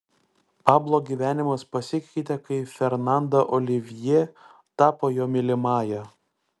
pablo gyvenimas pasikeitė kai fernanda olivjė tapo jo mylimąja